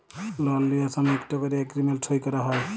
লল লিঁয়ার সময় ইকট ক্যরে এগ্রীমেল্ট সই ক্যরা হ্যয়